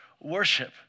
worship